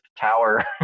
Tower